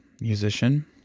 musician